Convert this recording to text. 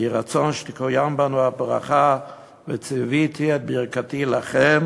ויהי רצון שתקוים בנו הברכה: "וצויתי את ברכתי לכם